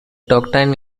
doctrine